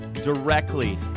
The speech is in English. directly